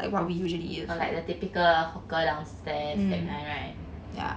oh like the typical hawker downstairs that kind right